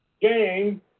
Gang